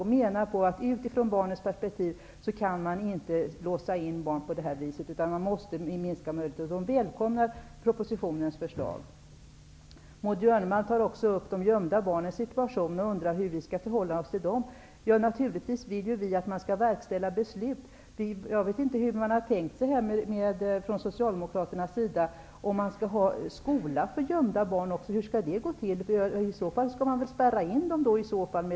De menar att utifrån barnens perspektiv kan man inte låsa in dem på det här viset, och de välkomnar propositionens förslag. Maud Björnemalm tog också upp de gömda barnens situation och undrade hur vi skall förhålla oss till dem. Vi vill naturligtvis att man skall verkställa beslut. Jag vet inte hur Socialdemokraterna har tänkt sig. Skall man ha skolgång för gömda barn? Hur skall det gå till? I så fall får man väl spärra in dem.